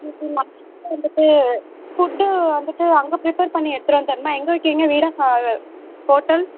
லன்ச்சில் வந்துவிட்டு ஃபுட்டு வந்துவிட்டு அங்கே ப்ரிப்பர் பண்ணி எடுத்துட்டு வந்து தரணுமா எங்கே வைக்கிறீங்க வீடா ஹோட்டல்